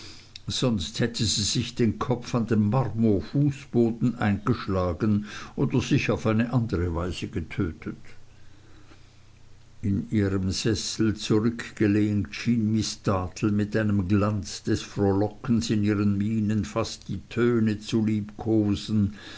sonst hätte sie sich den kopf an dem marmorfußboden eingeschlagen oder sich auf eine andere weise getötet in ihrem sessel zurückgelehnt schien miß dartle mit einem glanz des frohlockens in ihren mienen fast die töne zu liebkosen